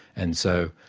and so,